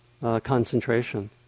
concentration